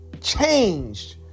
changed